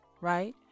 right